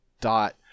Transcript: dot